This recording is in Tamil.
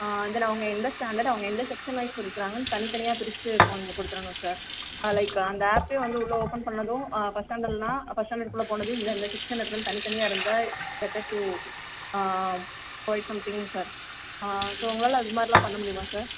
தென் அவங்க எந்த ஸ்டாண்டர்ட் அவங்க எந்த செக்ஷன் வைஸ் படிக்கிறாங்கன்னு தனி தனியாக பிரிச்சு கொஞ்சம் கொடுத்துடுங்க சார் லைக் அந்த ஆப்பே வந்து உள்ள ஓப்பன் பண்ணதும் ஃபர்ஸ்ட் ஸ்டாண்டர்ட்ன்னா ஃபர்ஸ்ட் ஸ்டாண்டர்ட் குள்ளே போனதும் இந்த இந்த செக்ஷன் இருக்குன்னு தனி தனியாக இருந்தால் better do something sir so உங்களால் அது மாதிரிலாம் பண்ண முடியுமா சார்